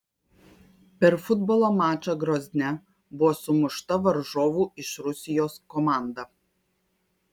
per futbolo mačą grozne buvo sumušta varžovų iš rusijos komanda